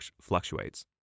fluctuates